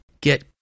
get